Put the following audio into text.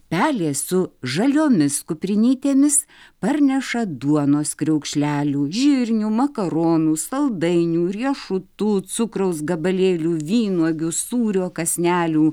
pelės su žaliomis kuprinytėmis parneša duonos kriaukšlelių žirnių makaronų saldainių riešutų cukraus gabalėlių vynuogių sūrio kąsnelių